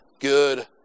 good